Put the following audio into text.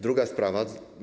Druga sprawa.